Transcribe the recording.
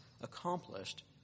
accomplished